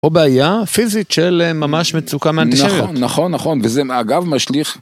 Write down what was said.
או בעיה פיזית של ממש מצוקה מאנטישמיות. נכון, נכון, וזה אגב משליך...